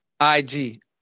ig